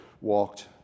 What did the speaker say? walked